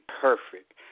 perfect